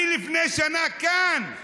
אני לפני שנה, כאן,